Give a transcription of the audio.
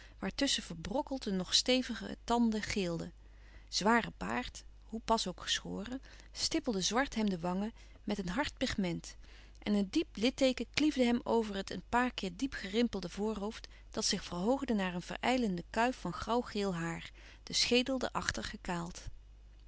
waartusschen verbrokkeld de nog stevige tanden geelden zware baard hoe pas ook geschoren stippelde zwart hem de wangen met een hard pigment en een diep litteeken kliefde hem over het een paar keer diep gerimpelde voorhoofd dat zich verhoogde naar een verijlende kuif van grauwgeel haar de schedel daarachter gekaald